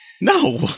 No